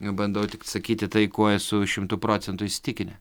bandau tik sakyti tai kuo esu šimtu procentu įsitikinę